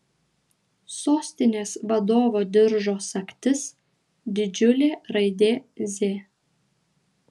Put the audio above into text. sostinės vadovo diržo sagtis didžiulė raidė z